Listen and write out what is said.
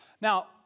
Now